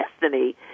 Destiny